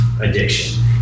addiction